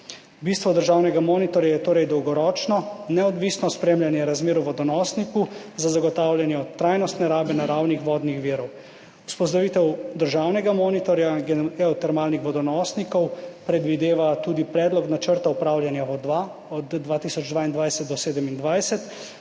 Bistvo državnega monitorja je torej dolgoročno neodvisno spremljanje razmer v vodonosniku za zagotavljanje trajnostne rabe naravnih vodnih virov. Vzpostavitev državnega monitorja geotermalnih vodonosnikov predvideva tudi predlog načrta upravljanja od 2022 do 2027.